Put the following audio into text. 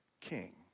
king